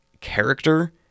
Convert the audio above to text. character